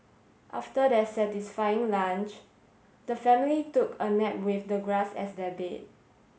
after their satisfying lunch the family took a nap with the grass as their bed